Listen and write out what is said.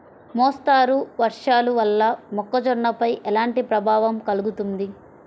మోస్తరు వర్షాలు వల్ల మొక్కజొన్నపై ఎలాంటి ప్రభావం కలుగుతుంది?